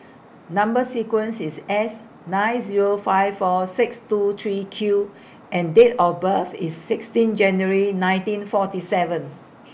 Number sequence IS S nine Zero five four six two three Q and Date of birth IS sixteen January nineteen forty seven